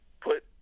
put